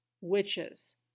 witches